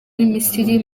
misiri